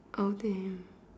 oh damn